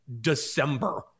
December